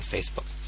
Facebook